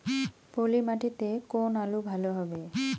পলি মাটিতে কোন আলু ভালো হবে?